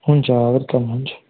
हुन्छ वेलकम हुन्छ